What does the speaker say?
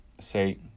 say